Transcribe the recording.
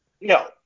No